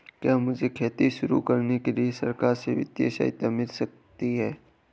क्या मुझे खेती शुरू करने के लिए सरकार से वित्तीय सहायता मिल सकती है?